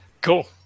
Cool